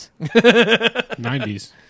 90s